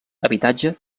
habitatge